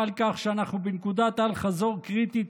על כך שאנחנו בנקודת אל-חזור קריטית,